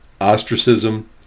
ostracism